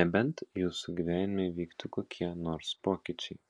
nebent jūsų gyvenime įvyktų kokie nors pokyčiai